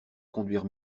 conduire